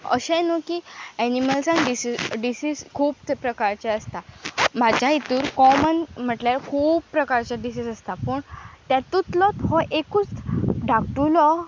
अशेंय न्हू की एनिमल्सान डसी डिसीस खूब प्रकारचे आसता म्हाज्या हितूर कॉमन म्हटल्यार खूब प्रकारचे डिसीस आसता पूण तेतूतलोच हो एकूच धाकटूलो